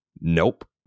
Nope